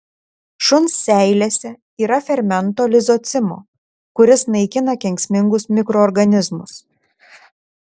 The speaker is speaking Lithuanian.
šuns seilėse yra fermento lizocimo kuris naikina kenksmingus mikroorganizmus